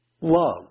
Love